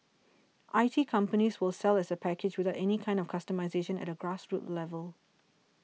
I T companies will sell as a package without any kind of customisation at a grassroots level